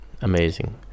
Amazing